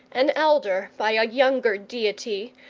an elder by a younger deity,